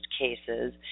cases